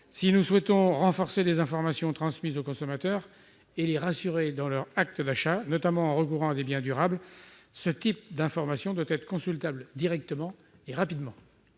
Si nous souhaitons renforcer les informations transmises aux consommateurs et les rassurer dans leur acte d'achat, notamment en recourant à des biens durables, ce type d'information doit être consultable directement et rapidement.